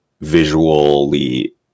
visually